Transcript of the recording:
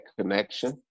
connection